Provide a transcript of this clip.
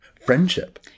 Friendship